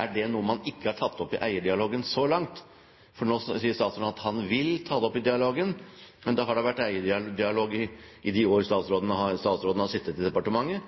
Er det noe man ikke har tatt opp i eierdialogen så langt? For nå sier statsråden at han vil ta det opp i den dialogen, men det har vel vært eierdialog i de årene statsråden har sittet i departementet,